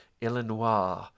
Illinois